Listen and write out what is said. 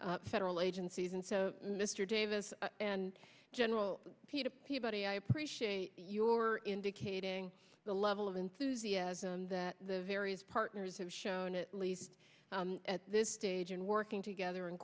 federal agencies and so mr davis and general peter peabody i appreciate your indicating the level of enthusiasm that the various partners have shown at this stage and working together and